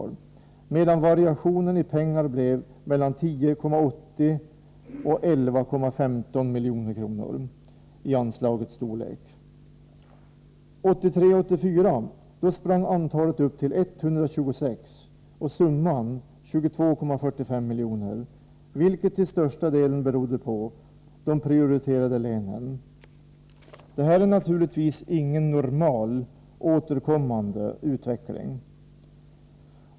Variationen i anslagets storlek var mellan 10,8 och 11,15 milj.kr. Budgetåret 1983/84 ökade antalet till 126 och summan till 22,45 milj.kr., vilket till största delen berodde på de prioriterade länen. Detta är naturligtvis ingen normal, återkommande utveckling.